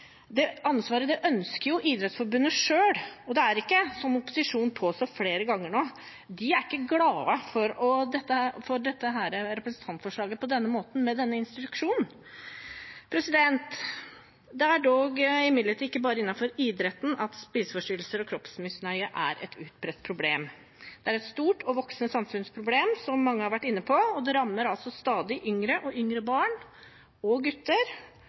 Det ansvaret ønsker Idrettsforbundet selv, og de er ikke glade – selv om opposisjonen har påstått det flere ganger nå – for dette representantforslaget på denne måten og med denne instruksjonen. Det er imidlertid ikke bare innenfor idretten at spiseforstyrrelser og kroppsmisnøye er et utbredt problem. Det er et stort og voksende samfunnsproblem, som mange har vært inne på, og det rammer altså stadig yngre barn – og gutter – og